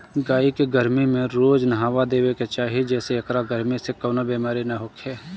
गाई के गरमी में रोज नहावा देवे के चाही जेसे एकरा गरमी से कवनो बेमारी ना होखे